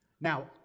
Now